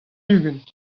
ugent